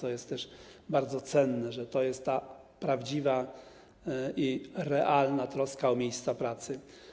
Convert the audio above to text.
To jest bardzo cenne, to jest ta prawdziwa i realna troska o miejsca pracy.